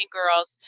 girls